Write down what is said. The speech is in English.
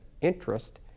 interest